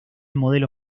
modelo